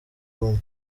ubumwe